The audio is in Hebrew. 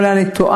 אולי אני טועה,